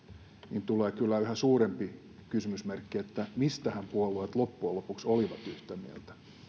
niin tulee kyllä yhä suurempi kysymysmerkki siitä mistähän puolueet loppujen lopuksi olivat yhtä mieltä